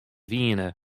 wiene